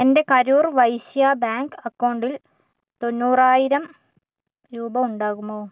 എൻ്റെ കരൂർ വൈശ്യാ ബാങ്ക് അക്കൗണ്ടിൽ തൊണ്ണൂറായിരം രൂപ ഉണ്ടാകുമോ